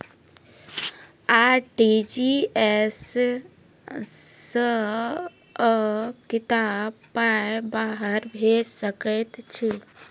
RTGS सअ कतबा पाय बाहर भेज सकैत छी?